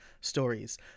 stories